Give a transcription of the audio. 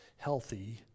healthy